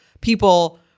people